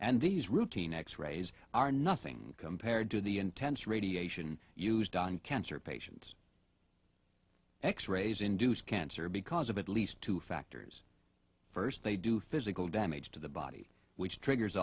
and these routine x rays are nothing compared to the intense radiation used on cancer patient x rays induced cancer because of at least two factors first they do physical damage to the body which triggers